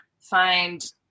find